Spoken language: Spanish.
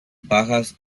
bajas